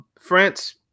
France